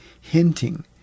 hinting